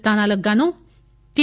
స్లానాలకుగాను T